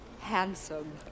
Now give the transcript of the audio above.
handsome